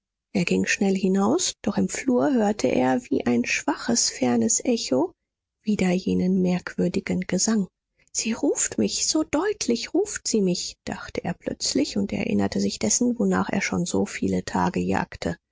er ging schnell hinaus doch im flur hörte er wie ein schwaches fernes echo wieder jenen merkwürdigen gesang sie ruft mich so deutlich ruft sie mich dachte er plötzlich und erinnerte sich dessen wonach er schon so viele tage jagte